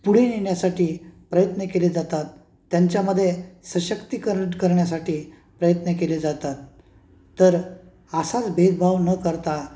पुढे नेण्यासाठी प्रयत्न केले जातात त्यांच्यामध्ये सशक्तीकरण करण्यासाठी प्रयत्न केले जातात तर असाच भेदभाव न करता